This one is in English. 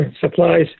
supplies